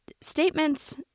statements